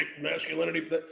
masculinity